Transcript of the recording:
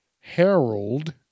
Harold